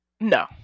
No